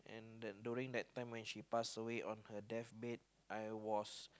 and that during that time when she passed away on her death bed I was